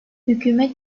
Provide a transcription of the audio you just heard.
hükümet